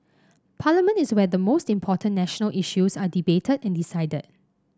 parliament is where the most important national issues are debated and decided